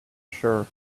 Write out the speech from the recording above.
sure